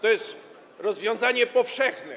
To jest rozwiązanie powszechne.